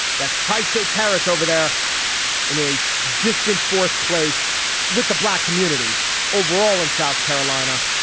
that's high stakes, harris, over there in a. distant fourth place with the black community overall in south carolina.